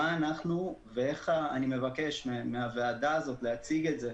אני מבקש מהוועדה הזאת להציג את זה,